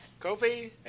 Kofi